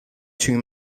two